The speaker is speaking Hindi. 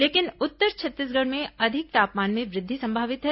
लेकिन उत्तर छत्तीसगढ़ में अधिक तापमान में वृद्धि संभावित है